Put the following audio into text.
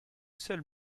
seul